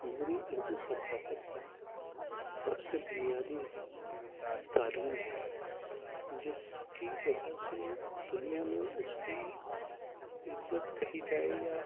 میری اردو ثقافت کا سب سے بنیادی تعلیم ہے جس کی وجہ سے دنیا میں اس کی عزت کہی جائے یا